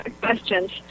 questions